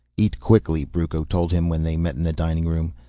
eat quickly, brucco told him when they met in the dining room.